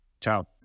Ciao